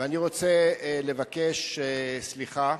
ואני רוצה לבקש סליחה.